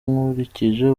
nkurikije